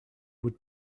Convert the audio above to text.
would